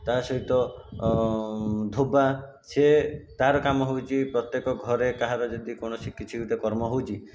ତା' ସହିତ ଧୋବା ସେ ତାର କାମ ହେଉଛି ପ୍ରତ୍ୟେକ ଘରେ କାହାର ଯଦି କୌଣସି କିଛି ଗୋଟିଏ କର୍ମ ହେଉଛି